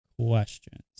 questions